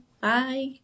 Bye